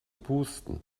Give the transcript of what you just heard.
pusten